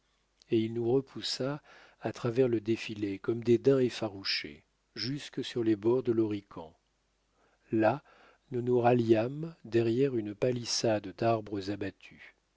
et il nous repoussa à travers le défilé comme des daims effarouchés jusque sur les bords de l'horican là nous nous ralliâmes derrière une palissade d'arbres abattus